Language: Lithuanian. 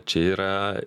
čia yra